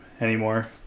anymore